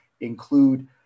include